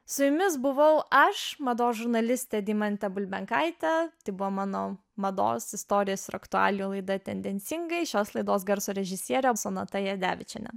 su jumis buvau aš mados žurnalistė deimantė bulbenkaitė tai buvo manau mados istorijos aktualijų laida tendencingai šios laidos garso režisierė sonata jadevičienė